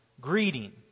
Greeting